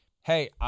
Hey